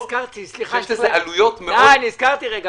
נזכרתי,